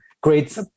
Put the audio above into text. great